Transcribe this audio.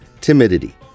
Timidity